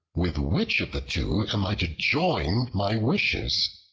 with which of the two am i to join my wishes?